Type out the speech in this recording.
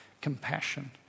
Compassion